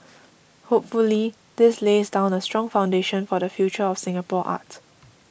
hopefully this lays down a strong foundation for the future of Singapore art